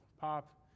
pop